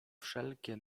wszelkie